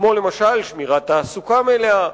כמו שמירת תעסוקה מלאה,